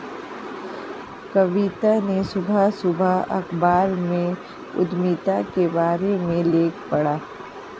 कविता ने सुबह सुबह अखबार में उधमिता के बारे में लेख पढ़ा